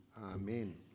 Amen